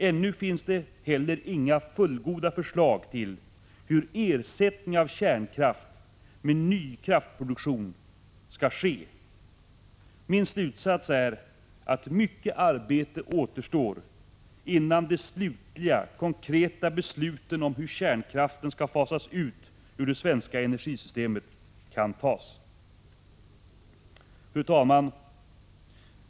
Ännu finns det heller inga fullgoda förslag till hur ersättning av kärnkraft med ny kraftproduktion skall ske. Min slutsats är att mycket arbete återstår innan slutliga, konkreta beslut om hur kärnkraften skall fasas ut ur det svenska energisystemet kan fattas. Fru talman!